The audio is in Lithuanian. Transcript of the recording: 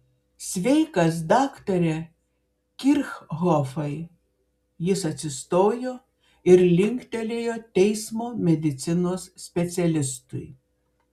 sveikas daktare kirchhofai jis atsistojo ir linktelėjo teismo medicinos specialistui